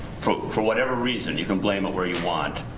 for for whatever reason you can blame it where you want,